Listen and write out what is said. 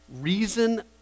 reason